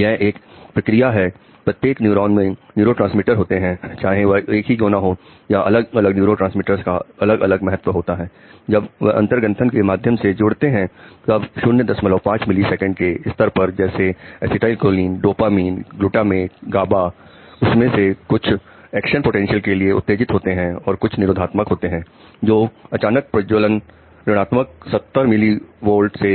यह एक प्रक्रिया है प्रत्येक न्यूरॉन में न्यूरोट्रांसमीटर्स के लिए उत्तेजक होते हैं और कुछ निरोधात्मक होते हैं जो अचानक प्रज्वलन ऋण आत्मक 70 मिली वर्ल्ड से